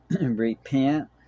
Repent